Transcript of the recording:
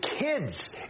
kids